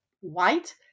white